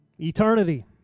Eternity